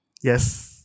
yes